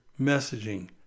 messaging